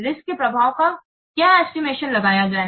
risk के प्रभाव का क्या एस्टिमेशन लगाया जाए